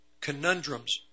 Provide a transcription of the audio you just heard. Conundrums